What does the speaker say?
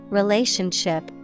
relationship